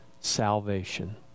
salvation